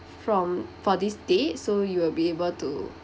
from for these date so you'll be able to